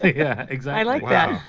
yeah, exactly like yeah